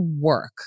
work